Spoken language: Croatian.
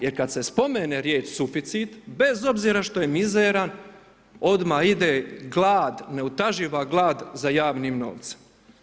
Jer kada se spomene riječ suficit, bez obzira što je mizeran, odmah ide neutaživa glad za javnim novcem.